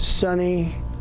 sunny